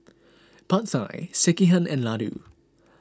Pad Thai Sekihan and Ladoo